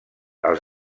els